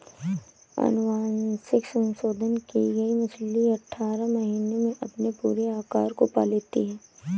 अनुवांशिक संशोधन की गई मछली अठारह महीने में अपने पूरे आकार को पा लेती है